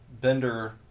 Bender